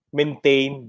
maintain